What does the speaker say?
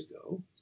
ago